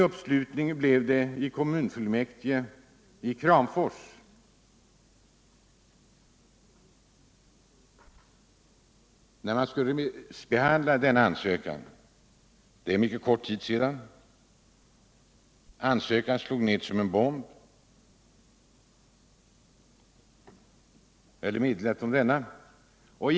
Meddelandet om NCB:s nya ansökan slog ned som en bomb i Kramfors kommunfullmäktige.